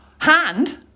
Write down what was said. hand